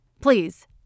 Please